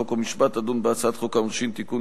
חוק ומשפט תדון בהצעת חוק העונשין (תיקון,